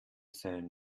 seinen